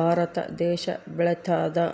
ಭಾರತ ದೇಶ ಬೆಳತಾದ